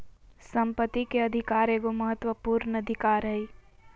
संपत्ति के अधिकार एगो महत्वपूर्ण अधिकार हइ